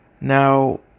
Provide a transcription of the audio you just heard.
Now